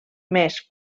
més